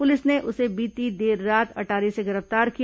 police ने उसे बीती देर रात अटारी से गिरफ्तार किया